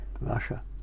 Russia